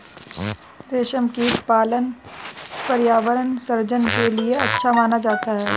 रेशमकीट पालन पर्यावरण सृजन के लिए अच्छा माना जाता है